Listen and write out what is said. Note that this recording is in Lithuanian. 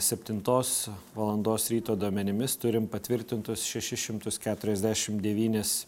septintos valandos ryto duomenimis turim patvirtintus šešis šimtus keturiasdešimt devynis